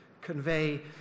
convey